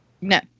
No